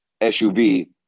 SUV